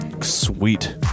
Sweet